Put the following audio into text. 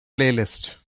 playlist